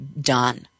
done